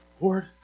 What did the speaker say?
Lord